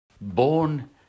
Born